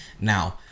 Now